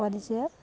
ପରିଚୟ